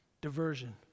Diversion